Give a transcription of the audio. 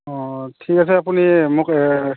অ ঠিক আছে আপুনি মোক এ